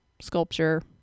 sculpture